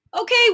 Okay